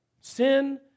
Sin